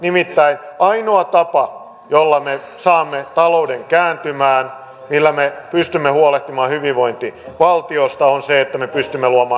nimittäin ainoa tapa jolla me saamme talouden kääntymään millä me pystymme huolehtimaan hyvinvointivaltiosta on se että me pystymme luomaan työpaikkoja